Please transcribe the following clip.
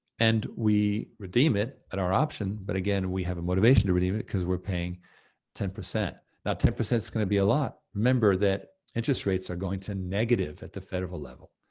and we redeem it at our option, but again, we have a motivation to redeem it, cause we're paying ten. that ten percent gonna be a lot. remember that interest rates are going to negative at the federal level,